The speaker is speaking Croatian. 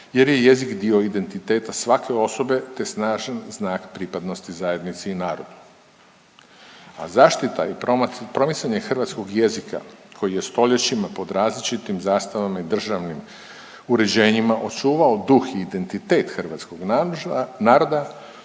jer je jezik dio identiteta svake osobe te snažan znak pripadnosti zajednici i narodu, a zaštita i promicanje hrvatskog jezika koji je stoljećima pod različitim zastavama i državnim uređenjima očuvao duh i identitet hrvatskog naroda,